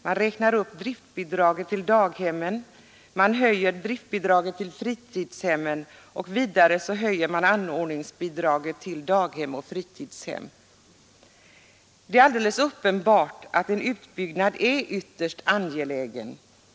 Man räknar upp driftbidragen till daghemmen, man höjer driftbidragen till fritidshemmen, och vidare höjer man anordningsbidragen till daghem och fritidshem. Det är alldeles uppenbart att en utbyggnad är ytterst angelägen.